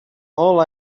all